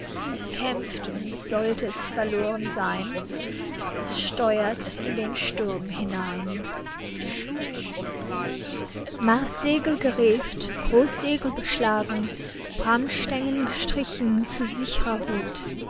es kämpft und sollt es verloren sein es steuert in den sturm hinein marssegel gereeft großsegel beschlagen bramstengen gestrichen zu sicherer hut